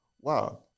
wow